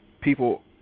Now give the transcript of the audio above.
people